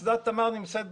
הייתה.